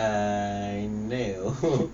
I no